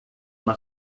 uma